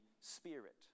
Spirit